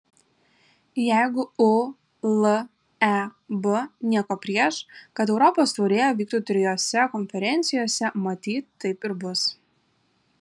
jeigu uleb nieko prieš kad europos taurė vyktų trijose konferencijose matyt taip ir bus